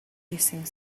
hissing